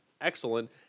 excellent